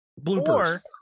bloopers